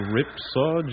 Ripsaw